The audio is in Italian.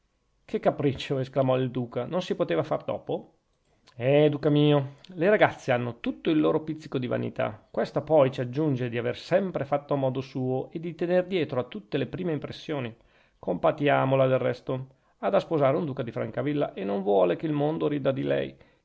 che capriccio esclamò il duca non si poteva far dopo eh duca mio le ragazze hanno tutto il loro pizzico di vanità questa poi ci aggiunge di aver sempre fatto a modo suo e di tener dietro a tutte le prime impressioni compatiamola del resto ha da sposare un duca di francavilla e non vuole che il mondo rida di lei